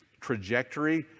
Trajectory